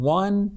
one